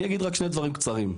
אני אגיד רק שני דברים קצרים: